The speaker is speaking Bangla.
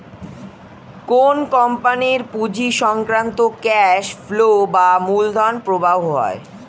কোন কোম্পানির পুঁজি সংক্রান্ত ক্যাশ ফ্লো বা মূলধন প্রবাহ হয়